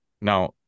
now